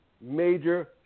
major